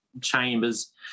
Chambers